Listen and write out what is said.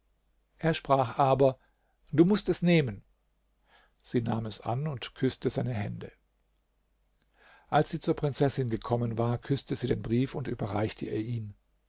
er sprach aber du mußt es nehmen sie nahm es an und küßte seine hände als sie zur prinzessin gekommen war küßte sie den brief und überreichte ihr ihn